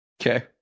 Okay